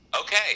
Okay